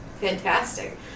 Fantastic